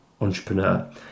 entrepreneur